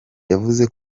yavuze